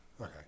Okay